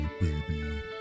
baby